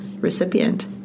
recipient